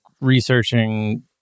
researching